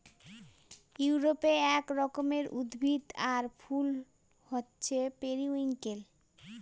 ইউরোপে এক রকমের উদ্ভিদ আর ফুল হছে পেরিউইঙ্কেল